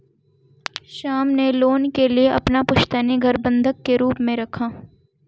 श्याम ने लोन के लिए अपना पुश्तैनी घर बंधक के रूप में रखा